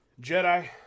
Jedi